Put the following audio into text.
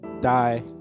die